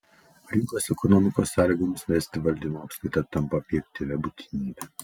rinkos ekonomikos sąlygomis vesti valdymo apskaitą tampa objektyvia būtinybe